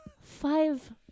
five